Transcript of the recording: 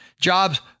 jobs